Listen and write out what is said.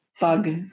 bug